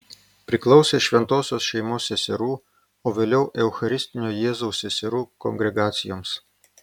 priklausė šventosios šeimos seserų o vėliau eucharistinio jėzaus seserų kongregacijoms